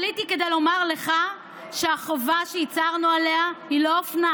עליתי כדי לומר לך שהחובה שהצהרנו עליה היא לא אופנה,